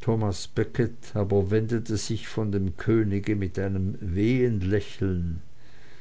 thomas becket aber wendete sich von dem könige mit einem